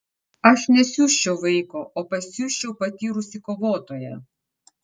aš nesiųsčiau vaiko o pasiųsčiau patyrusį kovotoją